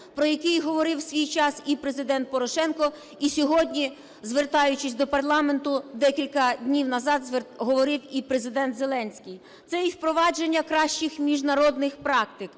про який говорив свій час і Президент Порошенко, і сьогодні, звертаючись до парламенту, декілька днів назад говорив і Президент Зеленський, це і впровадження кращих міжнародних практик,